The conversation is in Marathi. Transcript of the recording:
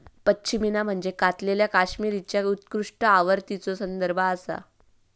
पश्मिना म्हणजे कातलेल्या कश्मीरीच्या उत्कृष्ट आवृत्तीचो संदर्भ आसा